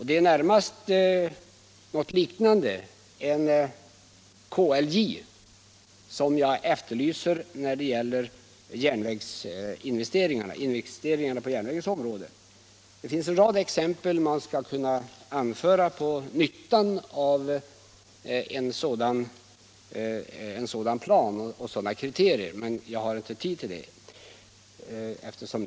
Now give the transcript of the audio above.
Det är närmast något liknande, en KLJ, som jag efterlyser när det gäller investeringar på järnvägens område. En rad exempel kan anföras på nyttan av en sådan plan och sådana kriterier, men jag har inte tid till det nu.